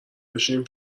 بشینیم